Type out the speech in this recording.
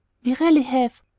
we really have.